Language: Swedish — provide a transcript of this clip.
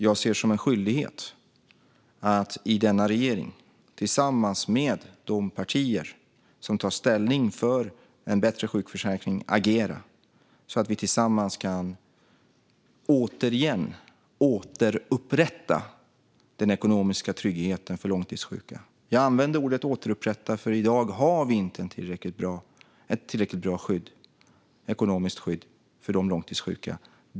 Jag ser det som en skyldighet att i denna regering tillsammans med de partier som tar ställning för en bättre sjukförsäkring agera så att vi tillsammans återigen kan återupprätta den ekonomiska tryggheten för långtidssjuka. Jag använder ordet återupprätta eftersom det i dag inte finns ett tillräckligt bra ekonomiskt skydd för de långtidssjuka.